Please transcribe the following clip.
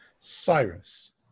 Cyrus